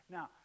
Now